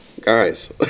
guys